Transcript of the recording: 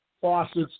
faucets